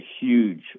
huge